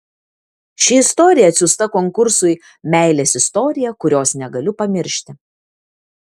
ši istorija atsiųsta konkursui meilės istorija kurios negaliu pamiršti